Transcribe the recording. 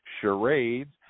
*Charades*